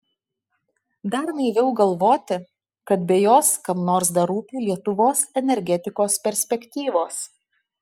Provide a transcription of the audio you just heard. dar naiviau galvoti kad be jos kam nors dar rūpi lietuvos energetikos perspektyvos